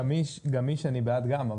גמיש אני בעד גם,